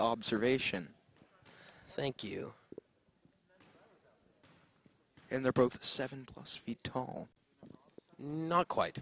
observation thank you and they're both seven feet tall but not quite